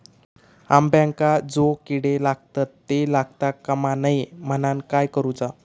अंब्यांका जो किडे लागतत ते लागता कमा नये म्हनाण काय करूचा?